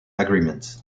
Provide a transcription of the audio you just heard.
agreements